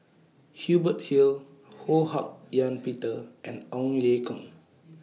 Hubert Hill Ho Hak Ean Peter and Ong Ye Kung